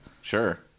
Sure